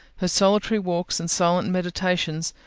her solitary walks and silent meditations,